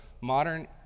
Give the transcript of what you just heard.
modern